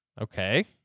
Okay